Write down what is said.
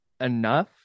enough